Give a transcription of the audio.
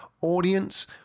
audience